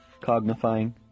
cognifying